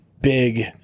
big